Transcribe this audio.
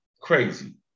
Crazy